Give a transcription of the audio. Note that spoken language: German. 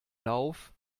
lauf